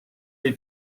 või